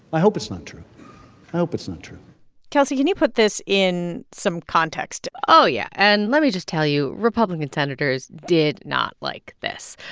i hope it's not hope it's not true kelsey, can you put this in some context? oh, yeah. and let me just tell you republican senators did not like this.